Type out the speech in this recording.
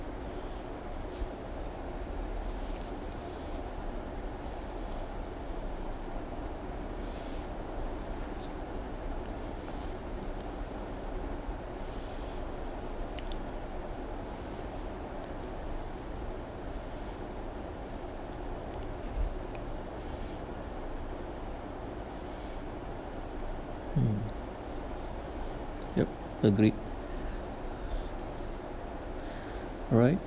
mm yup agreed alright